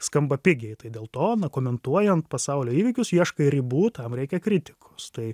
skamba pigiai tai dėl to komentuojant pasaulio įvykius ieškai ribų tam reikia kritikos tai